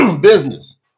business